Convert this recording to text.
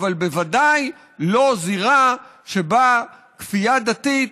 אבל בוודאי לא זירה שבה כפייה דתית